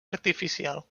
artificial